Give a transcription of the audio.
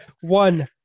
one